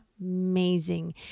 amazing